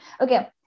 Okay